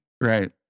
Right